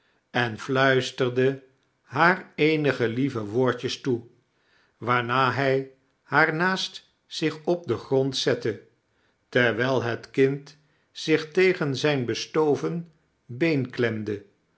en fluisterde haar eenige lieve woordjes toe waarna hij haar naast zich op den grond zette terwijl het kind zich tegen zijn bestoven been klemde